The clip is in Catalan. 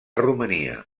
romania